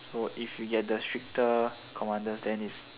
so if you get the stricter commanders then is